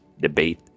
debate